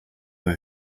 they